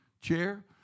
chair